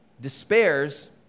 Despairs